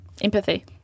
empathy